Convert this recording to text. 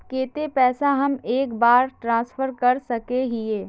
केते पैसा हम एक बार ट्रांसफर कर सके हीये?